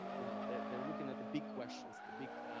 you know, they're they're looking at the big questions, the big,